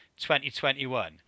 2021